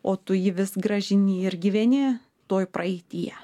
o tu jį vis grąžini ir gyveni toj praeityje